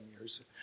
years